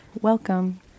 Welcome